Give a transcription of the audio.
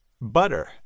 Butter